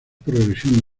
progresión